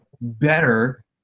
better